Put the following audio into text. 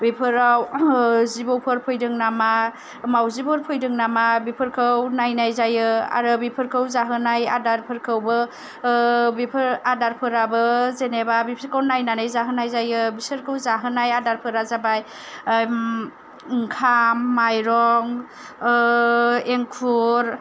बेफोराव जिबौफोर फैदों नामा मावजिफोर फैदों नामा बेफोरखौ नायनाय जायो आरो बेफोरखौ जाहोनाय आदारफोरखौबो बेफोर आदारफोराबो जेनेबा बिफोरखौ नायनानै जाहोनाय जायो बिसोरखौ जाहोनाय आदारफोरा जाबाय ओंखाम माइरं एंखुर